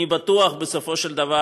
אני בטוח שבסופו של דבר,